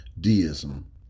deism